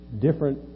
different